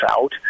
out